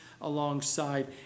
alongside